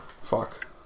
Fuck